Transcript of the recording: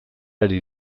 ari